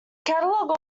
catalogue